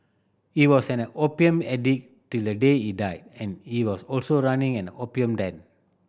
he was an opium addict till the day he died and he was also running an opium den